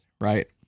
Right